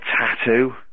tattoo